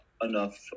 enough